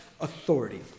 authority